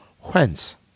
whence